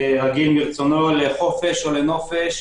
רגיל מרצונו לחופש או לנופש,